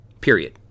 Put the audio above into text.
Period